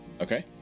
okay